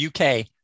UK